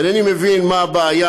אינני מבין מה הבעיה.